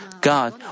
God